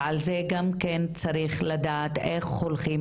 ועל זה גם כן צריך לדעת איך הולכים